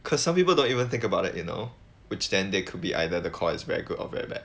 because some people don't even think about that you know which then there could be either the core is very good or very bad